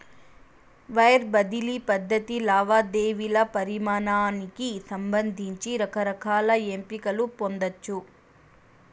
wire బదిలీ పద్ధతి లావాదేవీల పరిమానానికి సంబంధించి రకరకాల ఎంపికలు పొందచ్చు